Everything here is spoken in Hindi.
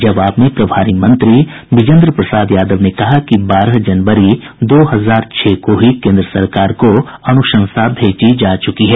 जबाव में प्रभारी मंत्री बिजेन्द्र प्रसाद यादव ने कहा कि बारह जनवरी दो हजार छह को ही केन्द्र सरकार को अनुशंसा भेजी जा चुकी है